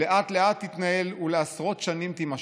לא לאט תתנהל ולעשרות שנים תימשך".